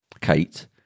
Kate